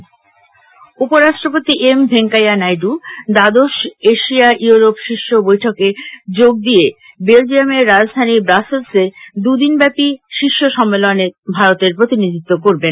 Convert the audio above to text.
উপরাষ্ট্রপতি উপরাষ্ট্রপতি এম ভেঙ্কাইয়া নাইডু দ্বাদশ এশিয়া ইউরোপ শীর্ষ বৈঠকে যোগ দিয়ে বেলজিয়ামের রাজধানী ব্রাসেলসের দুদিনব্যাপী এই শীর্ষ সম্মেলনে তিনি ভারতের প্রতিনিধিত্ব করবেন